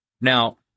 Now